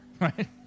right